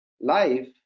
life